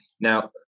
Now